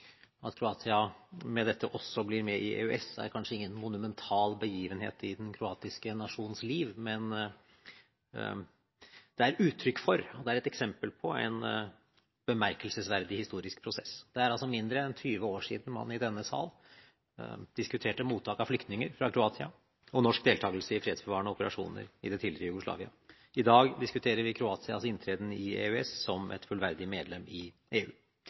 At Kroatia med dette også blir med i EØS, er kanskje ingen monumental begivenhet i den kroatiske nasjonens liv, men det er uttrykk for og et eksempel på en bemerkelsesverdig historisk prosess. Det er altså mindre enn tjue år siden man i denne sal diskuterte mottak av flyktninger fra Kroatia og norsk deltakelse i fredsbevarende operasjoner i det tidligere Jugoslavia. I dag diskuterer vi Kroatias inntreden i EØS, som et fullverdig medlem i EU.